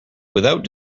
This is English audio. without